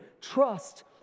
trust